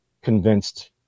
convinced